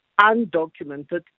undocumented